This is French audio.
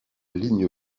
ligne